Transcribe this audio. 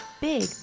big